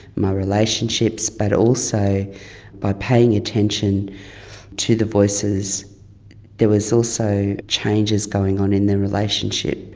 my relationships, but also by paying attention to the voices there was also changes going on in the relationship.